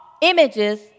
images